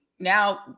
Now